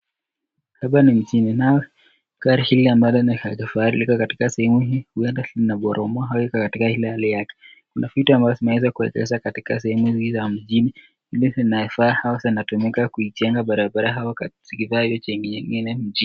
Hapa ni mjini nayo gari hili ambalo ni la kifahari liko katika sehemu hii huenda linanguruma au liko katika ile hali yake. Kuna vitu ambazo zimeweza kuwekezwa katika sehemu hii ya mjini, vingi vinafaa au vinatumika kuijenga barabara au katika jengo nyingine mjini.